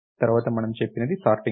తరువాత మనం చెప్పినది సార్టింగ్